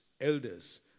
elders